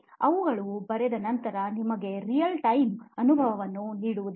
ಅವುಗಳು ಬರೆದ ನಂತರ ನಿಮಗೆ ರಿಯಲ್ ಟೈಮ್ ಅನುಭವವನ್ನು ನೀಡುವುದಿಲ್ಲ